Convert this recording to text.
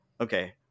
Okay